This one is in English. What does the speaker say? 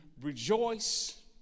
rejoice